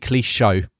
show